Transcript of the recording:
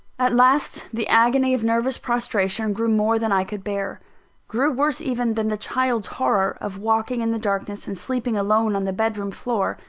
at last, the agony of nervous prostration grew more than i could bear grew worse even than the child's horror of walking in the darkness, and sleeping alone on the bed-room floor,